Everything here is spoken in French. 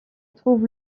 trouve